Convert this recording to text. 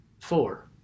four